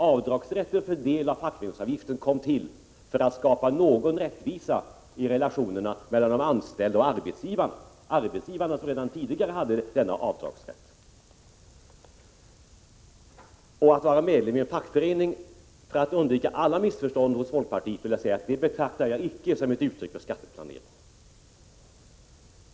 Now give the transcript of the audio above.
Rätten till avdrag för del av fackföreningsavgiften kom till för att skapa någon rättvisa i relationerna mellan de anställda och arbetsgivarna, som redan tidigare hade denna avdragsrätt. För att undvika alla missförstånd från folkpartiets sida vill jag säga att jag icke betraktar medlemskap i en fackförening som ett uttryck för skatteplanering.